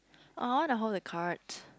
I want to hold the cards